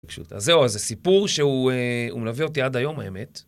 זהו, אז זה סיפור שהוא מלווה אותי עד היום האמת.